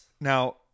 Now